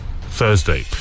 Thursday